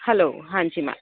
hello ਹਾਂਜੀ ma'am